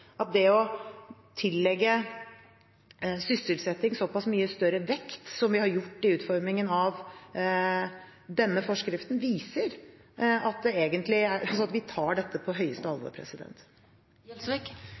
at det å tillegge sysselsetting såpass mye større vekt som vi har gjort i utformingen av denne forskriften, viser at vi tar dette på høyeste alvor. Det som er